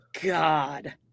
God